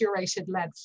curated-led